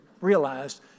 realized